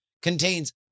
contains